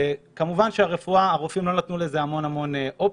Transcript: כמובן שהרופאים לא נתנו לזה המון המון אופציה,